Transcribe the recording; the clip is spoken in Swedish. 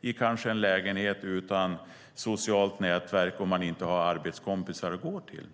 i kanske en lägenhet utan ett socialt nätverk och utan arbetskompisar att gå till.